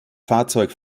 fahrzeug